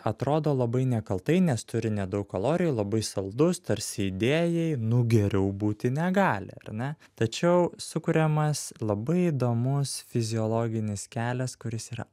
atrodo labai nekaltai nes turi nedaug kalorijų labai saldus tarsi idėjai nu geriau būti negali ar ne tačiau sukuriamas labai įdomus fiziologinis kelias kuris yra